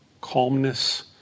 calmness